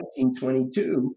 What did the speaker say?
1922